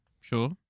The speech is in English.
Sure